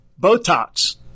Botox